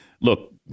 look